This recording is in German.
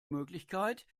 möglichkeit